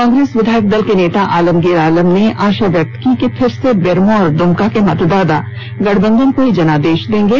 कांग्रेस विधायक दल नेता आलमगीर आलम ने कहा कि फिर से बेरमो और द्मका के मतदाता गठबंधन को ही जनादेश देंगे